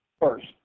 First